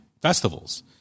festivals